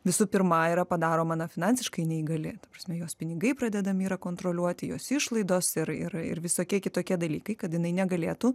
visų pirma yra padaroma na finansiškai neįgali ta prasme jos pinigai pradedami yra kontroliuoti jos išlaidos ir ir ir visokie kitokie dalykai kad jinai negalėtų